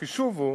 והחישוב הוא